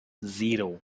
zero